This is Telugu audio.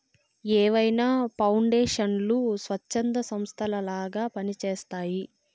ఏవైనా పౌండేషన్లు స్వచ్ఛంద సంస్థలలాగా పని చేస్తయ్యి